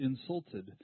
insulted